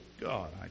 God